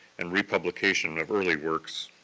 and republication of early works.